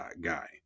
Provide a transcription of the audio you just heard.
guy